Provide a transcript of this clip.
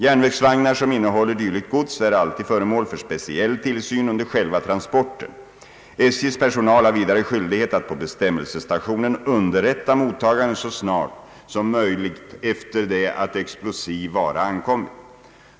Järnvägsvagnar som innehåller dylikt gods är alltid föremål för speciell tillsyn under själva transporten. SJ:s personal har vidare skyldighet att på bestämmelsestationen underrätta mottagaren så snart som möjligt efter det att explosiv vara ankommit.